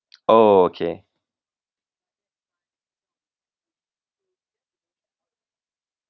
oh okay